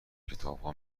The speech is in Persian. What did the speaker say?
کتابها